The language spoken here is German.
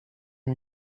wir